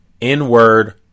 N-word